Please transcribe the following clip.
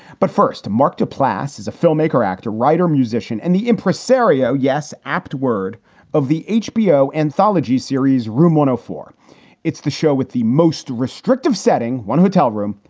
but first, mark duplass is a filmmaker, actor, writer, musician and the impresario. yes, apt word of the hbo anthology series room one, window four it's the show with the most restrictive setting one hotel room,